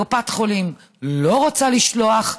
קופת חולים לא רוצה לשלוח,